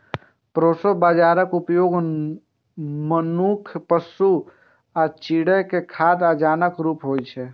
proso बाजाराक उपयोग मनुक्ख, पशु आ चिड़ै के खाद्य अनाजक रूप मे होइ छै